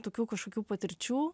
tokių kažkokių patirčių